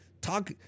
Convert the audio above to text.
talk